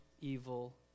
evil